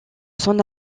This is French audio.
son